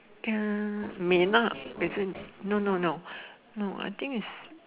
uh mei-na no no no no I think is